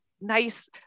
nice